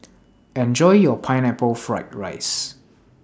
Enjoy your Pineapple Fried Rice